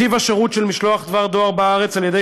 טיב השירות של משלוח דבר דואר בארץ על-ידי